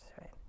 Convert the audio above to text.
right